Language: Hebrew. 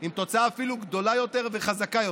עם תוצאה אפילו גדולה יותר וחזקה יותר.